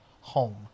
home